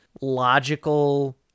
logical